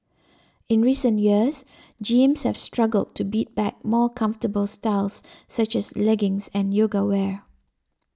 in recent years jeans have struggled to beat back more comfortable styles such as leggings and yoga wear